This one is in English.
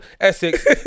Essex